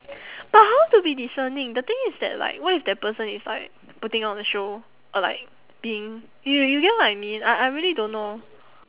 but how to be discerning the thing is that like what if that person is like putting on a show or like being you you get what I mean I I really don't know